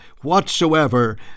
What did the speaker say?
whatsoever